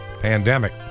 Pandemic